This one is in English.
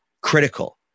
critical